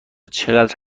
چقدر